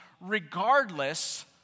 regardless